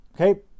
okay